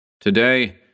Today